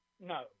No